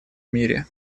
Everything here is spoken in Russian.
мире